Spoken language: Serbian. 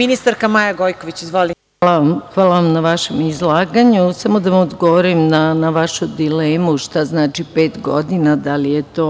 ministarka Maja Gojković. Izvolite. **Maja Gojković** Hvala na vašem izlaganju. Samo da vam odgovorim na vašu dilemu šta znači pet godina, da li je to